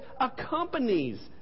accompanies